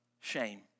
shame